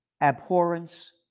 abhorrence